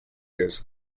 years